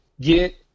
get